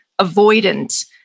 avoidant